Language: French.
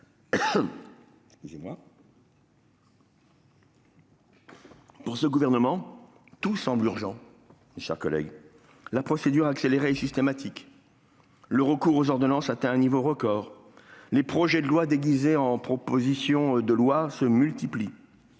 pour ce gouvernement, tout semble urgent. La procédure accélérée est systématique. Le recours aux ordonnances atteint un niveau record. Les projets de loi déguisés en propositions de loi se multiplient.